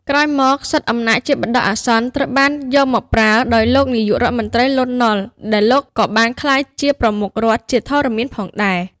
ក្រោយមក សិទ្ធិអំណាចជាបណ្ដោះអាសន្នត្រូវបានយកមកប្រើដោយលោកនាយករដ្ឋមន្ត្រីលន់ នល់ ដែលលោកក៏បានក្លាយជាប្រមុខរដ្ឋជាធរមានផងដែរ។